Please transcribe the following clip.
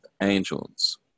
angels